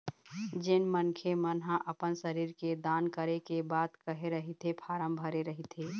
जेन मनखे मन ह अपन शरीर के दान करे के बात कहे रहिथे फारम भरे रहिथे